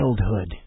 childhood